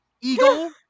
Eagle